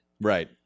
Right